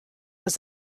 was